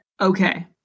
okay